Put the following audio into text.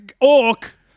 orc